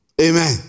Amen